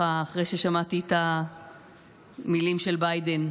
אחרי ששמעתי את המילים של ביידן,